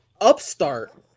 Upstart